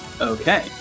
Okay